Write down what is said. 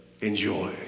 enjoy